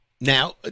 now